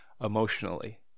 emotionally